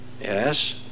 Yes